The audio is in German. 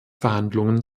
verhandlungen